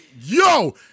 yo